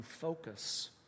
focus